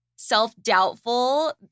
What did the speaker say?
self-doubtful